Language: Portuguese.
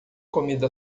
comida